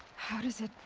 how does it.